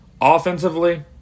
Offensively